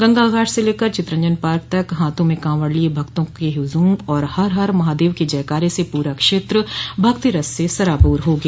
गंगा घाट से लेकर चितरंजन पार्क तक हाथों में कांवड़ लिये भक्तों के हुजुम और हर हर महादेव के जयकारे से पूरा क्षेत्र भक्तिरस से सराबोर हो गया